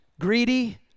greedy